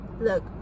look